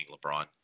LeBron